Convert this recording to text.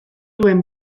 duen